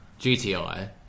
GTI